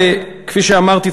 כפי שאמרתי,